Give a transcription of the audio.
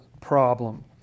problem